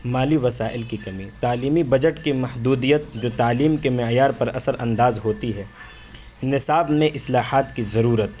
مالی وسائل کی کمی تعلیمی بجٹ کی محدودیت جو تعلیم کے معیار پر اثر انداز ہوتی ہے نصاب میں اصلاحات کی ضرورت